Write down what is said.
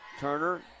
Turner